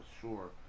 sure